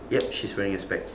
yup she's wearing a spec